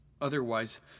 Otherwise